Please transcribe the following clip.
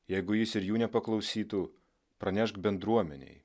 jeigu jis ir jų nepaklausytų pranešk bendruomenei